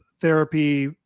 therapy